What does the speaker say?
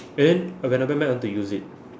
and then when I went back I want to use it